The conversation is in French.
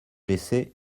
laisser